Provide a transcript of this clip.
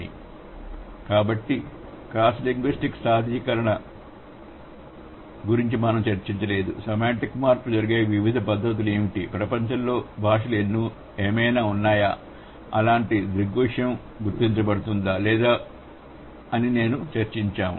అటువంటి క్రాస్లింగ్యుస్టిక్ సాధారణీకరణ గురించి మనము చర్చించలేదు సెమాంటిక్ మార్పు జరిగే వివిధ పద్ధతులు ఏమిటి ప్రపంచంలోని భాషలు ఏమైనా ఉన్నాయా అలాంటి దృగ్విషయం గుర్తించబడుతుందా లేదా అని నేను చర్చించాము